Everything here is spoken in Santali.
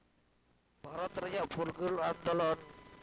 ᱵᱷᱟᱨᱚᱛ ᱨᱮᱭᱟᱜ ᱯᱷᱩᱨᱜᱟᱹᱞ ᱟᱱᱫᱳᱞᱚᱱ